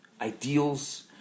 ideals